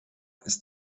ist